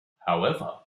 however